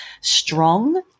strong